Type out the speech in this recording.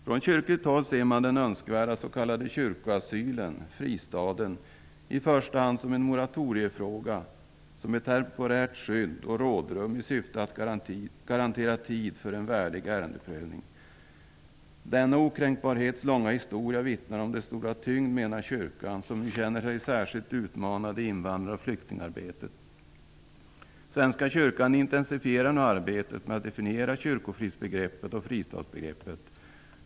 Från kyrkligt håll ses den önskvärda s.k. kyrkoasylen, fristaden, som en moratoriefråga, som ett temporärt skydd och rådrum i syfte att garantera tid för en värdig ärendeprövning. Kyrkan menar att denna okränkbarhetens långa historia vittnar om dess stora tyngd, och kyrkan känner sig nu särskilt utmanad i invandrar och flyktingarbetet. Svenska kyrkan intensifierar nu arbetet med att definiera kyrkofridsbegreppet och fristadsbegreppet.